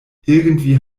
irgendwie